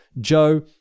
Joe